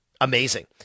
amazing